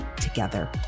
together